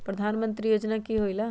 प्रधान मंत्री योजना कि होईला?